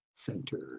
center